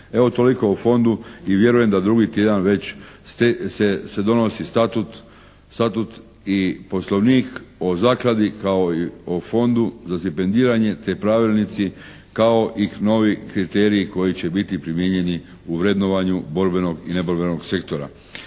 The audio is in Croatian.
Evo, toliko o Fondu i vjerujem da drugi tjedan već se donosi Statut i Poslovnik o Zakladi kao i o Fondu za stipendiranje te pravilnici kao i novi kriteriji koji će biti primijenjeni u vrednovanju borbenog i neborbenog sektora.